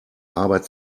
arbeit